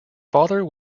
father